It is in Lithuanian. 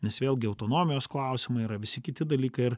nes vėlgi autonomijos klausimai yra visi kiti dalykai ir